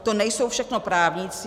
To nejsou všechno právníci.